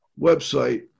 website